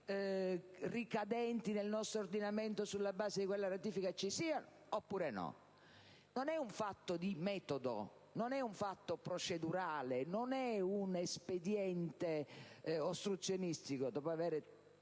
ricadenti nel nostro ordinamento sulla base di quella ratifica, oppure no? Non è un fatto di metodo, non è un fatto procedurale, non è un espediente ostruzionistico. Dopo avere